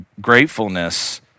gratefulness